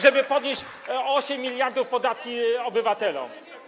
Żeby podnieść o 8 mld podatki obywatelom.